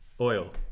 oil